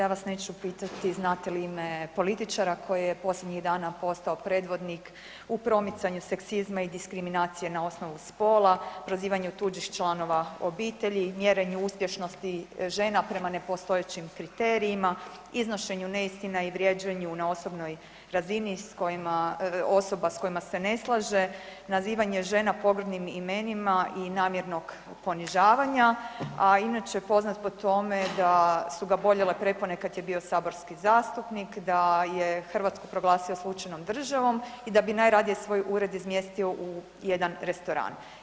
Ja vas neću pitati znate li ima političara koji je posljednjih dana postao predvodnik u promicanju seksizma i diskriminacije na osnovu spola, prozivanju tuđih članova obitelji, mjerenju uspješnosti žena prema nepostojećim kriterijima, iznošenju neistina i vrijeđanju na osobnoj razini osoba s kojima se ne slaže, nazivanje žena pogrdnim imenima i namjernog ponižavanja, a inače poznat po tome da su ga boljele prepone kada je bio saborski zastupnik da je Hrvatsku proglasio slučajnom državom i da bi najradije svoj ured izmjestio u jedan restoran.